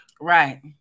Right